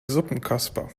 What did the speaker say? suppenkasper